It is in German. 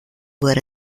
wurde